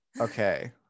okay